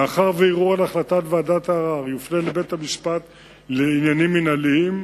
מאחר שערעור על החלטת ועדת הערר יופנה לבית-המשפט לעניינים מינהליים,